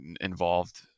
involved